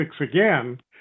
again